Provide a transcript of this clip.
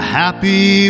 happy